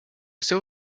saw